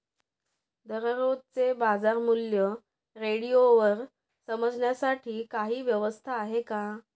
दररोजचे बाजारमूल्य रेडिओवर समजण्यासाठी काही व्यवस्था आहे का?